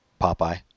Popeye